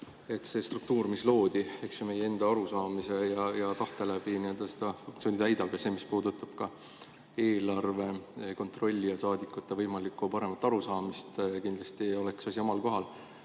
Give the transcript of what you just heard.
see struktuur, mis loodi meie enda arusaamise ja tahte kohaselt, oma funktsiooni täidab. Ja see, mis puudutab eelarve kontrolli ja saadikute võimalikku paremat arusaamist sellest, kindlasti oleks see asi omal kohal.